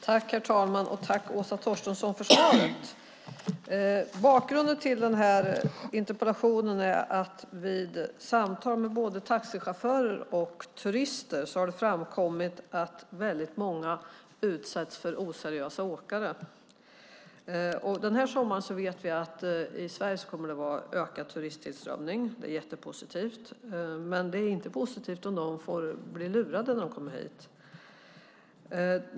Herr talman! Tack, Åsa Torstensson, för svaret! Bakgrunden till den här interpellationen är att det vid samtal med både taxichaufförer och turister har framkommit att väldigt många utsätts för oseriösa åkare. Vi vet att det kommer att vara ökad turisttillströmning i Sverige den här sommaren. Det är jättepositivt, men det är inte positivt om turisterna blir lurade när de kommer hit.